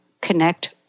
connect